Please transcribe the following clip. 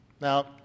Now